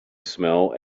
smell